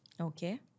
Okay